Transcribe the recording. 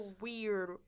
weird